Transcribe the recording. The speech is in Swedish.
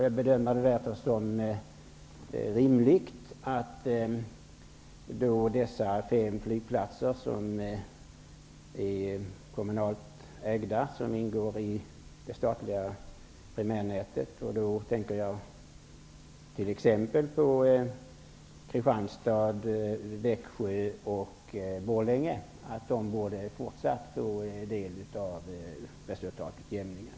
Jag bedömer det därför som rimligt att de fem flygplatser som är kommunalt ägda och ingår i det statliga primärnätet -- jag tänker t.ex. på Kristianstad, Växjö och Borlänge -- borde få del av resultatutjämningen även i fortsättningen.